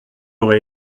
aurait